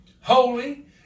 holy